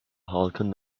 halkın